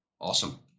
Awesome